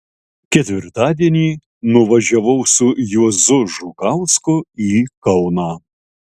ketvirtadienį nuvažiavau su juozu žukausku į kauną